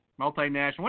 multinational